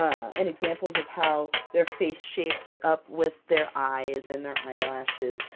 and examples of how their face shapes up with their eyes and their eyelashes.